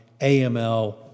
AML